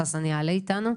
חסן יעלה איתנו.